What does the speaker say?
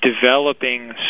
developing